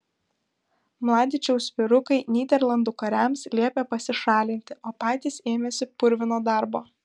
mladičiaus vyrukai nyderlandų kariams liepė pasišalinti o patys ėmėsi purvino darbo